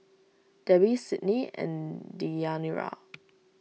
Debbi Sydnee and Deyanira